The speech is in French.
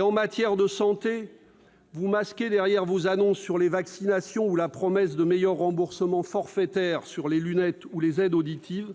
En matière de santé, derrière vos annonces relatives aux vaccinations ou la promesse de meilleurs remboursements forfaitaires pour les lunettes ou les aides auditives,